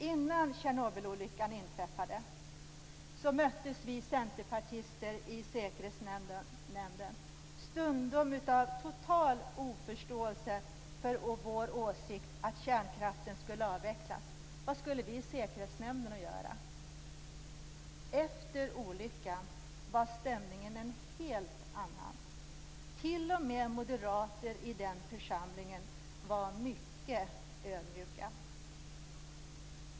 Innan Tjernobylolyckan inträffade möttes vi centerpartister i säkerhetsnämnden stundom av total oförståelse för vår åsikt att kärnkraften skulle avvecklas. Vad hade vi i säkerhetsnämden att göra? Efter olyckan var olyckan stämmingen en helt annan. T.o.m. moderater i den församlingen var mycket ödmjuka.